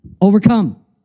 overcome